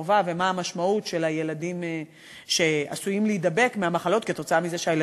הקרובה ומה המשמעות של הילדים שעשויים להידבק במחלות